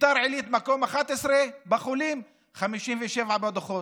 ביתר עילית, מקום 11 בחולים, 57 בדוחות.